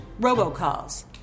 robocalls